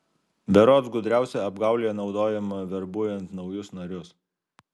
berods gudriausia apgaulė naudojama verbuojant naujus narius